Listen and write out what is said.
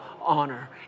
honor